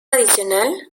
adicional